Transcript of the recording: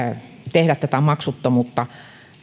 tehdä tätä maksuttomuutta